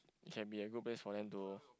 can be a good place for them to